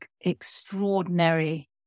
extraordinary